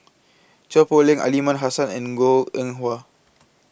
Chua Poh Leng Aliman Hassan and Goh Eng Hua